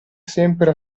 sempre